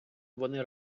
вони